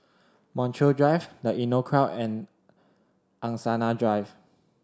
Montreal Drive The Inncrowd and Angsana Drive